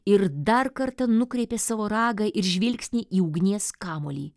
ir dar kartą nukreipė savo ragą ir žvilgsnį į ugnies kamuolį